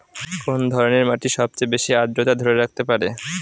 কোন ধরনের মাটি সবচেয়ে বেশি আর্দ্রতা ধরে রাখতে পারে?